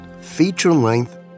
feature-length